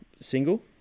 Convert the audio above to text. single